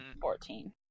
Fourteen